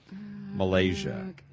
Malaysia